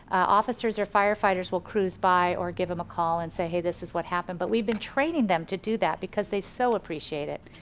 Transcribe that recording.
officers or firefighters will cruise by or give them a call and say hey this is what happened. but we've been training them to do that because they so appreciate it.